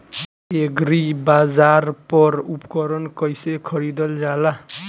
एग्रीबाजार पर उपकरण कइसे खरीदल जाला?